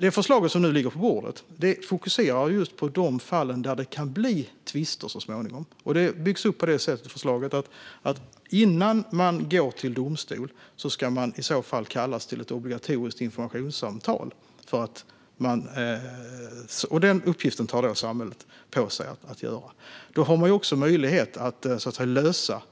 Det förslag som nu ligger på bordet fokuserar på de fall där det kan bli tvister så småningom. Förslaget byggs upp på det sättet att innan man går till domstol ska man i så fall kallas till ett obligatoriskt informationssamtal. Den uppgiften tar samhället på sig. Då har man också möjlighet att lösa